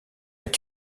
est